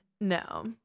No